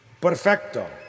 Perfecto